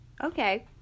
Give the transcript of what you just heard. Okay